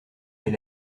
est